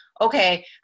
okay